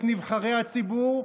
את נבחרי הציבור,